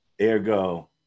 Ergo